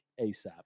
ASAP